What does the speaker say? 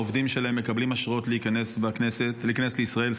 העובדים שלהם מקבלים אשרות להיכנס לישראל.